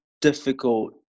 difficult